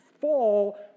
fall